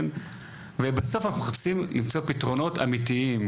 בסוף אנחנו מחפשים למצוא פתרונות אמיתיים.